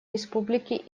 республики